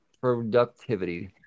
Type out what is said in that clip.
productivity